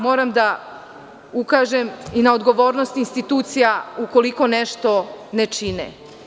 Moram da ukažem i na odgovornost institucija ukoliko nešto ne čine.